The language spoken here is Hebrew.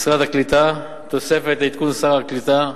משרד הקליטה: תוספת לעדכון סל הקליטה,